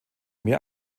mehr